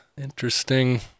interesting